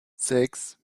sechs